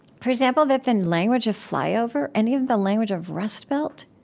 for example, that the language of flyover, and even the language of rust belt,